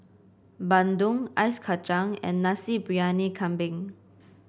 Bandung Ice Kacang and Nasi Briyani Kambing